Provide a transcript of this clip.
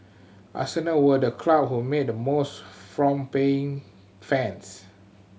Arsenal were the club who made the most from paying fans